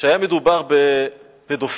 שהיה מדובר בפדופיל